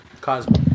Cosmo